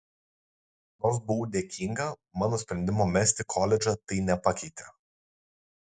nors buvau dėkinga mano sprendimo mesti koledžą tai nepakeitė